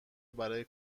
برای